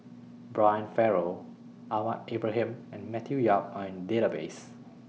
Brian Farrell Ahmad Ibrahim and Matthew Yap Are in Database